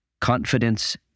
Confidence